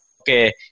okay